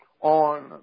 on